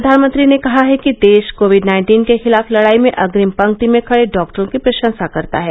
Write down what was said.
प्रधानमंत्री ने कहा है कि देश कोविड नाइन्टीन के खिलाफ लड़ाई में अग्रिम पंकति में खड़े डाक्टरों की प्रशंसा करता है